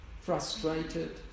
frustrated